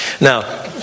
Now